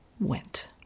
went